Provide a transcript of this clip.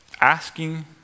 asking